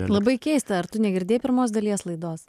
labai keista ar tu negirdėjai pirmos dalies laidos